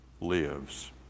lives